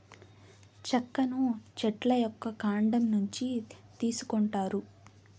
చెక్కను చెట్ల యొక్క కాండం నుంచి తీసుకొంటారు